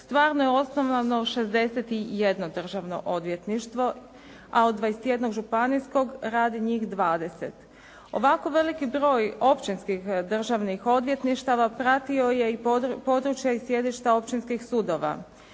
stvarno je osnovano 61. državno odvjetništvo a od 21. županijskog rade njih 20. Ovako veliki broj općinskih državnih odvjetništava pratio je područja i sjedišta općinskih sudova.